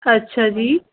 ਅੱਛਾ ਜੀ